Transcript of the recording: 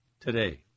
today